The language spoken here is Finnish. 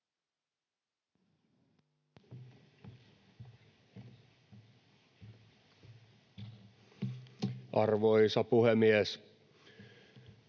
Arvoisa puhemies!